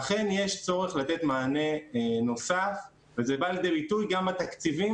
אכן יש צורך לתת מענה נוסף וזה בא לידי ביטוי גם בתקציבים,